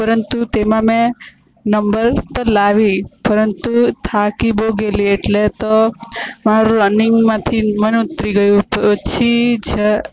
પરંતુ તેમાં મે નંબર તો લાવી પરંતુ થાકી બહુ ગયેલી એટલે તો મારુ રનિંગમાંથી મન ઉતરી ગયું પછી જ